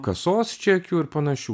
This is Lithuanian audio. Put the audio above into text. kasos čekių ir panašių